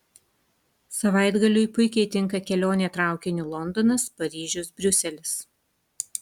savaitgaliui puikiai tinka kelionė traukiniu londonas paryžius briuselis